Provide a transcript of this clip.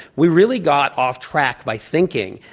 we really got off-track by thinking,